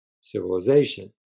civilization